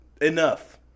enough